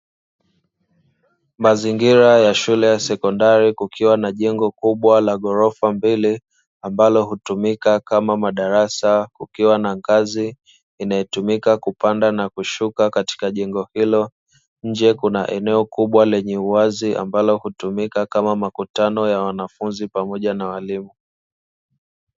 Mazingira ya shule ya sekondari kukiwa na jengo kubwa la gorofa mbili ambalo hutumika kama madarasa kukiwa na ngazi inayotumika kupanda na kushuka katika jengo hilo, nje kuna eneo kubwa lenye uwazi ambalo hutumika kama makutano ya wanafunzi pamoja na walimu.